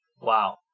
Wow